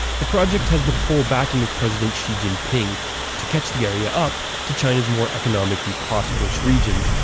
the project has the full backing of president xi jinping to catch the area up to china's more economically prosperous regions,